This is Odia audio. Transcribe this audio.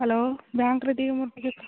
ହ୍ୟାଲୋ ବ୍ୟାଙ୍କ୍ରେ ଟିକେ ମୋର ଟିକେ